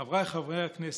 חבריי חברי הכנסת,